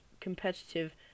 competitive